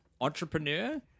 Entrepreneur